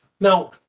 Now